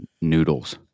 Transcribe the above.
noodles